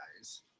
guys